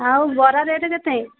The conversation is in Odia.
ଆଉ ବରା ରେଟ୍ କେତେ